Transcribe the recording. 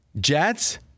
Jets